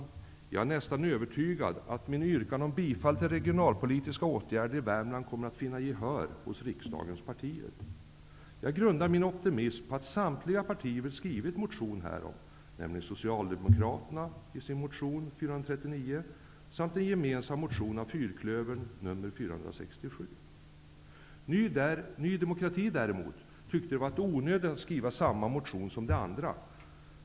Jag är nästan övertygad om att mitt yrkande om bifall till regionalpolitiska åtgärder i Värmland kommer att vinna gehör hos riksdagens partier. Jag grundar min optimism på att samtliga partier har skrivit motion härom, nämligen Socialdemokraternas motion 439 och den gemensamma motionen 467 från fyrklövern. Ny demokrati tyckte däremot att det var onödigt att skriva motion med samma innehåll som de andra.